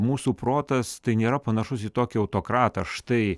mūsų protas tai nėra panašus į tokį autokratą štai